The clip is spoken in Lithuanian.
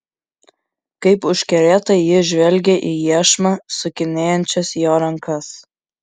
kaip užkerėta ji žvelgė į iešmą sukinėjančias jo rankas